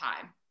time